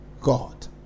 God